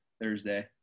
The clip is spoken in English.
Thursday